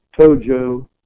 Tojo